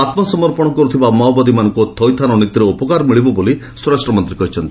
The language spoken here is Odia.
ଆତ୍ମସମର୍ପଣ କରୁଥିବା ମାଓବାଦୀମାନଙ୍କୁ ଥଇଥାନ ନୀତିର ଉପକାର ମିଳିବ ବୋଲି ସ୍ୱରାଷ୍ଟ୍ରମନ୍ତ୍ରୀ କହିଛନ୍ତି